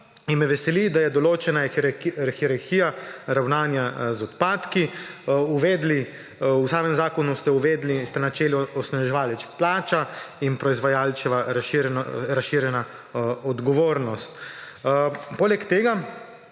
mogoče. Veseli me, da je določena hierarhija ravnanja z odpadki. V samem zakonu ste uvedli načeli onesnaževalec plača in proizvajalčeva razširjena odgovornost. Poleg tega